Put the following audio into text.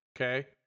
okay